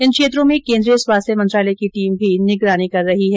इन क्षेत्रो में केन्द्रीय स्वास्थ्य मंत्रालय की टीम भी निगरानी कर रही है